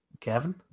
Kevin